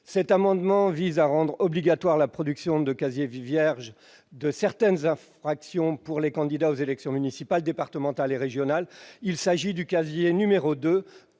Mon amendement vise également à rendre obligatoire la production d'un casier vierge de certaines infractions pour les candidats aux élections municipales, départementales et régionales. Il s'agit du bulletin n° 2,